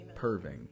Perving